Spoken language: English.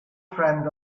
friend